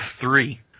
three